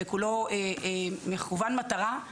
וכולו מכוון מטרה,